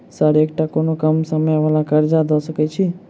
Sir एकटा कोनो कम समय वला कर्जा दऽ सकै छी?